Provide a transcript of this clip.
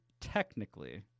technically